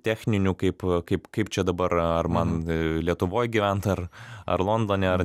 techninių kaip kaip kaip čia dabar ar man lietuvoj gyvent ar ar londone ar